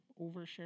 overshare